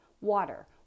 Water